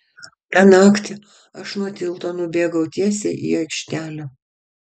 tą naktį aš nuo tilto nubėgau tiesiai į aikštelę